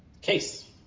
Case